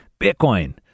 Bitcoin